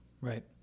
right